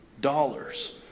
dollars